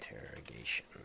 Interrogation